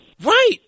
Right